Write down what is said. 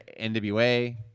NWA